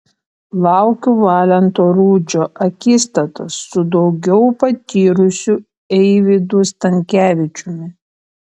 laukiu valento rudžio akistatos su daugiau patyrusiu eivydu stankevičiumi